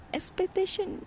Expectation